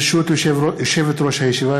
ברשות יושבת-ראש הישיבה,